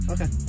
Okay